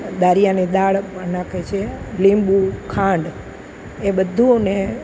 દારીયાની દાળ પણ નાખે છે લીંબુ ખાંડ એ બધું અને